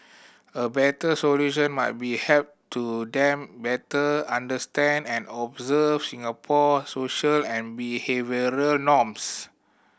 a better solution might be help to them better understand and observe Singapore social and behavioural norms